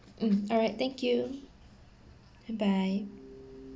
mm all right thank you bye